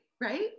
right